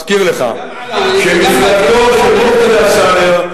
אני אזכיר לך שמפלגתו של מוקתדא א-סאדר,